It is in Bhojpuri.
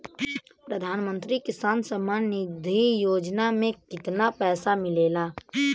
प्रधान मंत्री किसान सम्मान निधि योजना में कितना पैसा मिलेला?